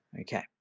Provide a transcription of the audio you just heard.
Okay